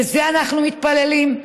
לזה אנחנו מתפללים?